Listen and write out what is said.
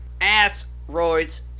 asteroids